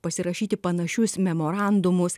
pasirašyti panašius memorandumus